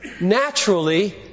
naturally